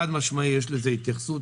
חד משמעית, יש לזה התייחסות.